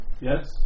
Yes